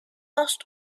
passed